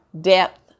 depth